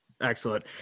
Excellent